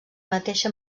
mateixa